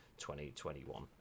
2021